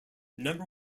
number